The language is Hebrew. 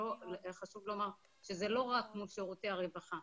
חשוב לומר שזה לא רק מול שירותי הרווחה,